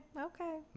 okay